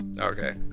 Okay